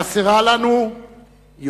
חסרה לנו יושרתו,